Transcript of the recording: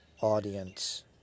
audience